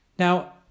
Now